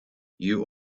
you